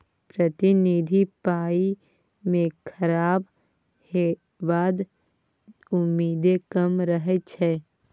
प्रतिनिधि पाइ केँ खराब हेबाक उम्मेद कम रहै छै